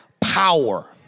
power